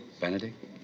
Benedict